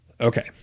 Okay